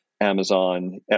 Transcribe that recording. Amazon